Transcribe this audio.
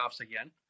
again